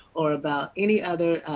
or about any other